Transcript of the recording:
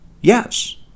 yes